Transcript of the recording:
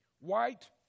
white